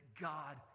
God